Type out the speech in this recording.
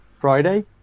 Friday